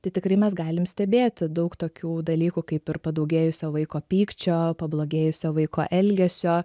tai tikrai mes galim stebėti daug tokių dalykų kaip ir padaugėjusio vaiko pykčio pablogėjusio vaiko elgesio